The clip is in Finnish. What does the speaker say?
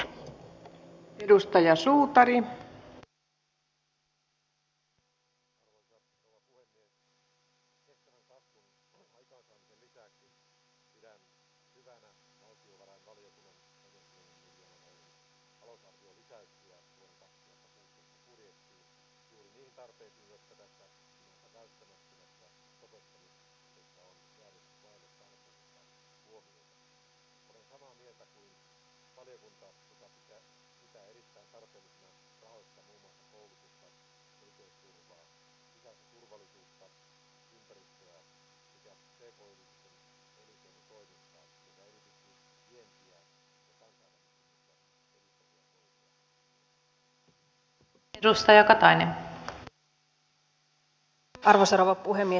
arvoisa rouva puhemies